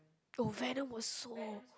oh venom also